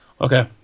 okay